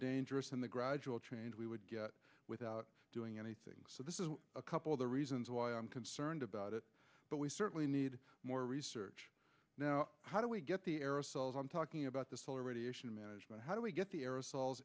dangerous than the gradual change we would get without doing anything so this is a couple of the reasons why i'm concerned about it but we certainly need more research now how do we get the aerosols i'm talking about the solar radiation management how do we get the aerosol